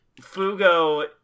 Fugo